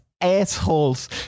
assholes